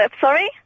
Sorry